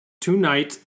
tonight